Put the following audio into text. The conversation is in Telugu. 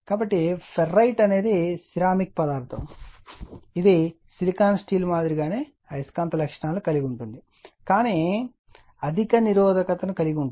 కాబట్టి ఫెర్రైట్ అనేది సిరామిక్ పదార్థం ఇది సిలికాన్ స్టీల్ మాదిరిగానే అయస్కాంత లక్షణాలను కలిగి ఉంటుంది కానీ అధిక నిరోధకతను కలిగి ఉంటుంది